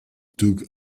took